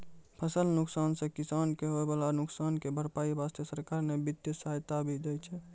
फसल नुकसान सॅ किसान कॅ होय वाला नुकसान के भरपाई वास्तॅ सरकार न वित्तीय सहायता भी दै छै